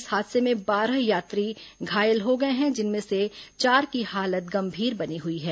इस हादसे में बारह यात्री घायल हो गए हैं जिनमें से चार की हालत गंभीर बनी हुई है